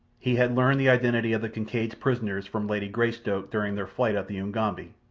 he had learned the identity of the kincaid's prisoners from lady greystoke during their flight up the ugambi.